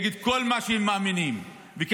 נגד כל מה שהם מאמינים בו.